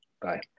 Bye